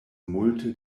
multe